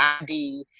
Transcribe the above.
ID